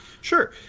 Sure